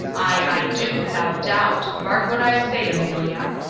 i do, without doubt mark what i say, amelia.